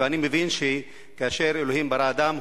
ואני מבין שכאשר אלוהים ברא את האדם,